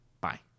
Bye